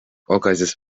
okazis